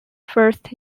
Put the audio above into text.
first